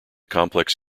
complex